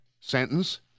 sentence